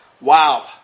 Wow